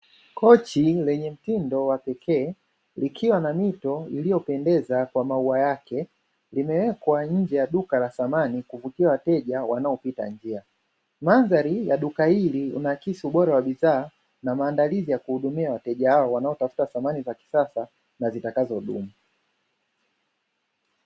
Kochi lenye mtindo wa pekee likiwa na mito iliyopendeza kwa maua yake limewekwa nje ya duka la samani kuvutia wateja wanaopita njia. Madhari ya duka hili unaakisi ubora wa bidhaa na maandalizi ya kuhudumia wateja hao wanaotafuta samani za kisasa na zitakazodumu.